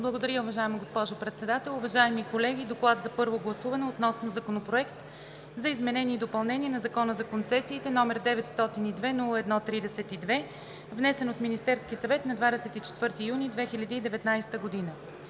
Благодаря, уважаема госпожо Председател. Уважаеми колеги! „ДОКЛАД за първо гласуване относно Законопроект за изменение и допълнение на Закона за концесиите, № 902-01-32, внесен от Министерския съвет на 24 юни 2019 г.